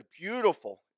beautiful